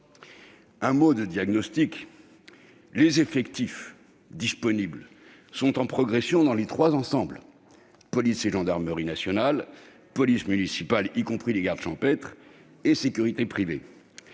un mot de diagnostic. Les effectifs disponibles sont en progression dans les trois ensembles : police et gendarmerie nationales, police municipale, y compris gardes champêtres, et sécurité privée,